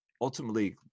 ultimately